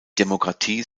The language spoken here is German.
demokratie